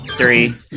Three